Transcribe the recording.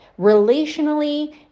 relationally